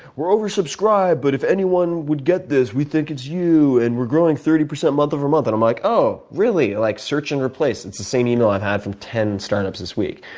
we're over subscribed, but if anyone would get this, we think it's you, and we're growing thirty percent month over month. and i'm like, oh, really, like search and replace. it's the same email i've had from ten startups this week.